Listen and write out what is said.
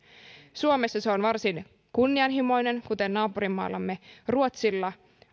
suomessa se on varsin kunnianhimoinen kuten naapurimaallamme ruotsilla